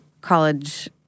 college